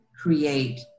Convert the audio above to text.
create